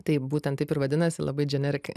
taip būtent taip ir vadinasi labai generic